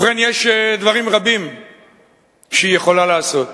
ובכן, יש דברים רבים שהיא יכולה לעשות.